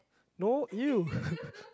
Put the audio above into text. no you